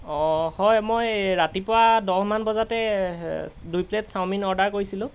অঁ হয় মই ৰাতিপুৱা দহমান বজাতে দুই প্লে'ট চাও মিন অৰ্ডাৰ কৰিছিলোঁ